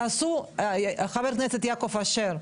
תעשו, חבר הכנסת יעקב אשר,